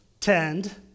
tend